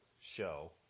show